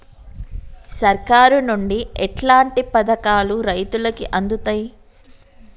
సర్కారు నుండి ఎట్లాంటి పథకాలు రైతులకి అందుతయ్?